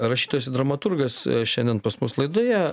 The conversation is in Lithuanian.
rašytojas ir dramaturgas šiandien pas mus laidoje